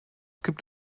gibt